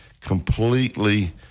completely